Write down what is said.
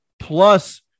plus